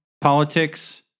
Politics